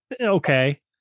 Okay